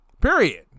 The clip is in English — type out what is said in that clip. Period